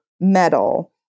metal